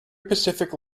pacific